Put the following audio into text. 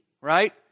right